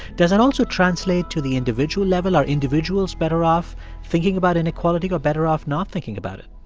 does that also translate to the individual level? are individuals better off thinking about inequality or better off not thinking about it?